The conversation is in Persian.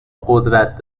قدرت